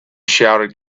shouted